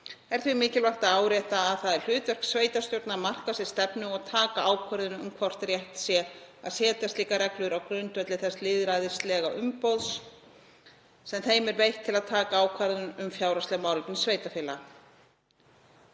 Er því mikilvægt að árétta að það er hlutverk sveitarstjórna að marka sér stefnu og taka ákvörðun um hvort rétt sé að setja slíkar reglur á grundvelli þess lýðræðislega umboðs sem þeim er veitt til að taka ákvarðanir um fjárhagsleg málefni sveitarfélaga.